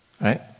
right